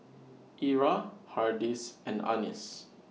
Era Hardy's and Annis